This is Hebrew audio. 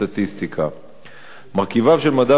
מרכיביו של מדד יוקר הבריאות נקבעו